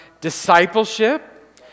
discipleship